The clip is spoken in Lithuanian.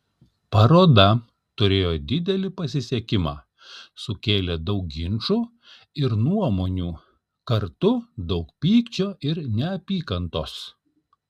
paroda turėjo didelį pasisekimą sukėlė daug ginčų ir nuomonių kartu daug pykčio ir neapykantos